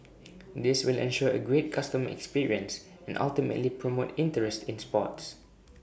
this will ensure A great customer experience and ultimately promote interest in sports